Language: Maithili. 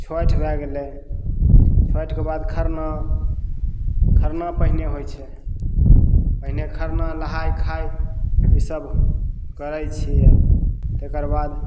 छठि भै गेलै छठिके बाद खरना खरना पहिले होइ छै पहिले खरना नहाइ खाइ ईसब करै छिए तकर बाद